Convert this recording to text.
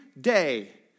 day